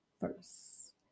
first